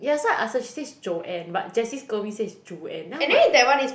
yeah so I ask her she say is Joanne but Jessi scold me say is Juan then I'm like